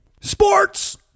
Sports